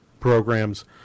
programs